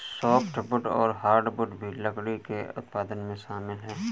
softwood और hardwood भी लकड़ी के उत्पादन में शामिल है